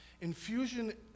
Infusion